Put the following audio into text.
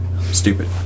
stupid